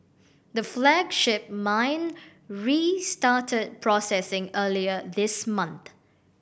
the flagship mine restarted processing earlier this month